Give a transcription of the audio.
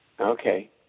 Okay